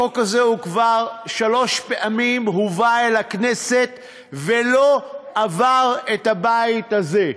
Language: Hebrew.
החוק הזה הובא אל הכנסת כבר שלוש פעמים ולא עבר את הבית הזה,